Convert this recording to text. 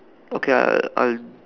okay I I I'll